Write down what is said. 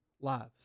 lives